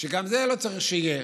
שגם זה לא צריך שיהיה.